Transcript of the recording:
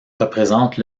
représente